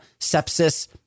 sepsis